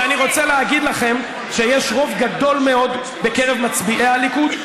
ואני רוצה להגיד לכם שיש רוב גדול מאוד בקרב מצביעי הליכוד,